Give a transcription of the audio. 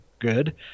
good